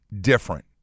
different